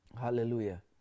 Hallelujah